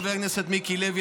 חבר הכנסת מיקי לוי,